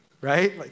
right